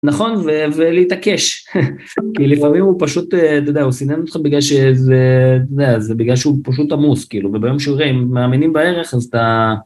נכון, ולהתעקש, כי לפעמים הוא פשוט, אתה יודע, הוא סינן אותך בגלל שזה... אתה יודע, זה בגלל שהוא פשוט עמוס, כאילו, וביום שהוא יראה, אם מאמינים בערך, אז אתה...